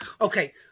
Okay